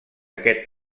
aquest